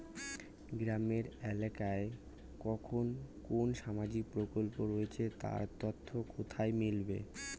গ্রামের এলাকায় কখন কোন সামাজিক প্রকল্প রয়েছে তার তথ্য কোথায় মিলবে?